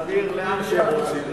תעביר לאן שהם רוצים,